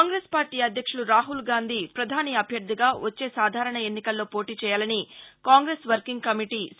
Congress party అధ్యక్షుడు రాహుల్గాంధీ పధాని అభ్యర్దిగా వచ్చే సాధారణ ఎన్నికల్లో పోటీ చేయాలని కాంగ్రెస్ వర్కింగ్ కమిటీ సి